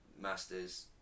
masters